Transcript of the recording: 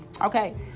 Okay